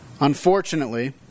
Unfortunately